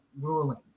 ruling